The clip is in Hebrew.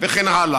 וכן הלאה,